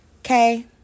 Okay